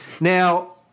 Now